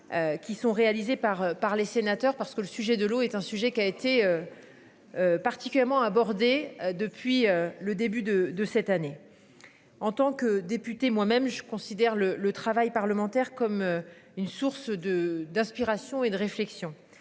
Qui sont réalisés par par les sénateurs parce que le sujet de l'eau est un sujet qui a été. Particulièrement aborder depuis le début de de cette année. En tant que député, moi-même je considère le le travail parlementaire comme une source de d'inspiration et de réflexion